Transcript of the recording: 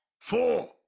four